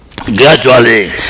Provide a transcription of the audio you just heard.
Gradually